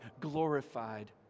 glorified